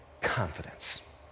confidence